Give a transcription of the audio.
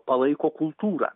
palaiko kultūrą